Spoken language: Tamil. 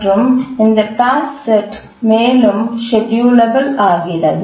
மற்றும் இந்த டாஸ்க்செட் மேலும் ஷெட்யூலெபல் ஆகிறது